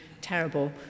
terrible